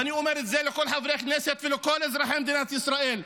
ואני אומר את זה לכל חברי הכנסת ולכל אזרחי מדינת ישראל,